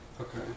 Okay